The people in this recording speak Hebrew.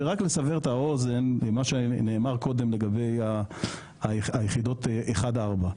ורק לסבר את האוזן עם מה שנאמר קודם לגבי היחידות 1-4,